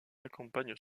accompagne